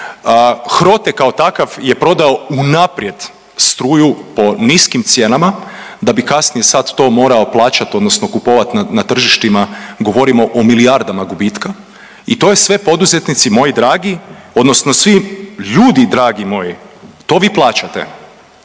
HROTE kao takav je prodao unaprijed struju po niskim cijenama da bi kasnije sad to morao plaćat odnosno kupovat na tržištima, govorimo o milijardama gubitka, i to je sve poduzetnici moji dragi odnosno svi ljudi dragi moji to vi plaćate,